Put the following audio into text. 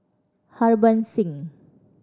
Harbans Singh